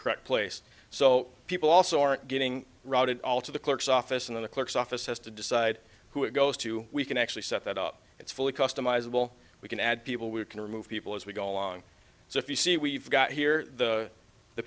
correct place so people also aren't getting routed all to the clerk's office in the clerk's office has to decide who it goes to we can actually set that up it's fully customizable we can add people we can remove people as we go along so if you see we've got here the